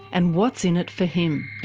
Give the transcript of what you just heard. and what's in it for him?